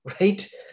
right